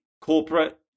corporate